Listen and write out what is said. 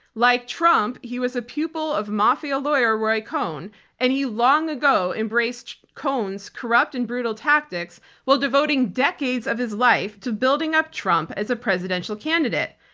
like trump, he was a pupil of mafia lawyer roy cohn and he long ago embraced cohn's corrupt and brutal tactics while devoting decades of his life to building up trump as a presidential candidate.